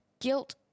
Guilt